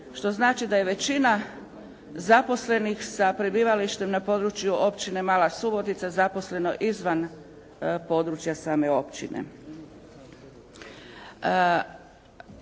što znači da je većina zaposlenih sa prebivalištem na području Općine Mala Subotica zaposleno izvan područja same općine.